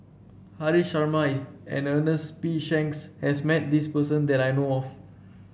Haresh Sharma and Ernest P Shanks has met this person that I know of